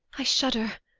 i shudder!